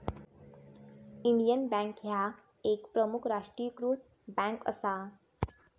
Indian Bank ह्या एक प्रमुख राष्ट्रीयीकृत बँक असा